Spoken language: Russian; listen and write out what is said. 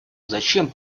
зачем